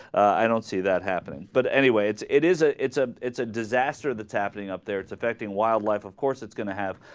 i don't see that happening but anyway it's it is a it's a it's a disaster that's happening up there it's affecting wildlife of course it's going to have